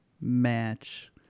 match